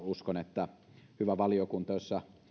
uskon että hyvä valiokunta jossa